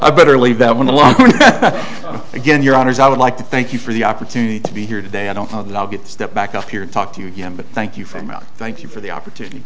i better leave that one alone again your honour's i would like to thank you for the opportunity to be here today i don't know that i'll get step back up here and talk to you again but thank you from out thank you for the opportunity